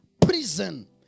prison